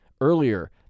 Earlier